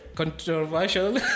Controversial